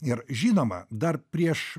ir žinoma dar prieš